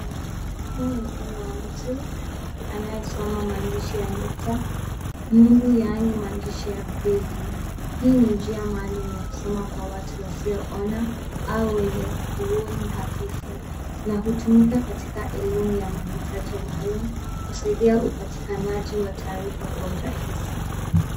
Huu ni mkono wa mtu anayesoma maandishi ya nukta nundu yaani maandishi ya braille . Hii ni njia maalum ya kusoma kwa watu wasioona au wenye uoni hafifu na hutumika katika elimu ya mahitaji maalum kusaidia upatikanaji wa taarifa kwa urahisi.